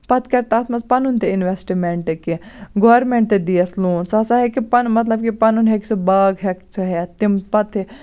پَتہٕ کَرٕ تَتھ مَنٛز پَنُن تہِ اِنویٚسٹمیٚنٹ کیٚنٛہہ گورمِنٹ تہِ دِیَس لون سُہ ہَسا ہیٚکہِ پَنُن مَطلَب کہِ پَنُن ہیٚکہِ سُہ باغ ہیٚتھ سُہ ہیٚتھ تَمہٕ پَتہٕ تہِ